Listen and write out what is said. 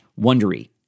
wondery